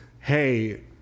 hey